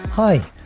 Hi